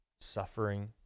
suffering